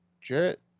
Jarrett